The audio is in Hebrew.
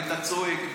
היית צועק,